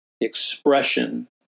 expression